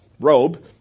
robe